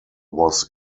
was